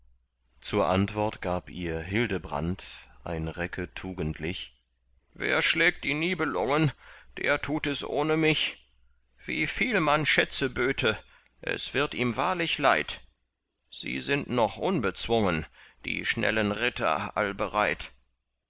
zur antwort gab ihr hildebrand ein recke tugendlich wer schlägt die nibelungen der tut es ohne mich wieviel man schätze böte es wird ihm wahrlich leid sie sind noch unbezwungen die schnellen ritter allbereit